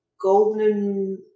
golden